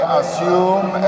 assume